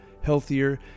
healthier